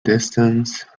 distance